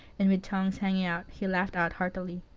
and with tongues hanging out, he laughed out heartily.